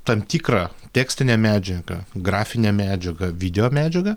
tam tikrą tekstinę medžiagą grafinę medžiagą video medžiagą